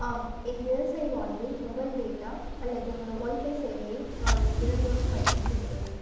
ஆம் என் தினசரி வாழ்வில் மொபைல் டேட்டா அல்லது ஒய்ஃபை சேவையை நான் தினத்தோறும் பயன்படுத்துகிறேன்